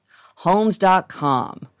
Homes.com